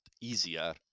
easier